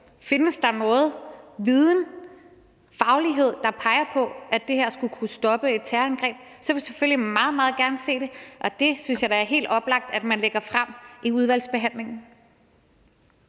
Findes der noget viden, faglighed, der peger på, at det her skulle kunne stoppe et terrorangreb? Så vil vi selvfølgelig meget, meget gerne se det, og det synes jeg da er helt oplagt at man lægger frem i udvalgsbehandlingen.